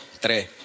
tres